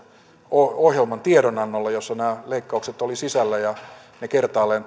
ohjelman tiedonannolle jossa nämä leikkaukset olivat sisällä ja ne kertaalleen